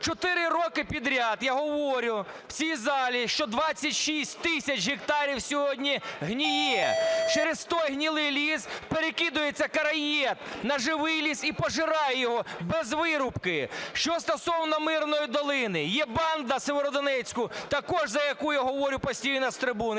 Чотири роки підряд я говорю в цій залі, що 26 тисяч гектарів сьогодні гниє. Через той гнилий ліс перекидається короїд на живий ліс і пожирає його без вирубки. Що стосовно Мирної Долини. Є банда в Сєвєродонецьку також, за яку я говорю постійно з трибуни,